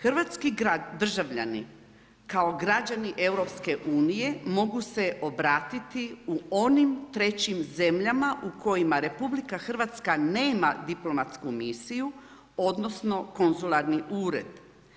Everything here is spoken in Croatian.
Hrvatski državljani kao građani EU mogu se obratiti u onim trećim zemljama u kojima RH nema diplomatsku misiju, odnosno konzularni ured.